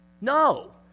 No